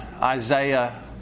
Isaiah